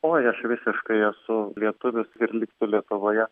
oi aš visiškai esu lietuvis ir liksiu lietuvoje